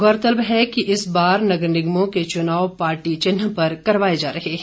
गौरतलब है कि इस बार नगर निगमों के चुनाव पार्टी चिन्ह पर करवाए जा रहे हैं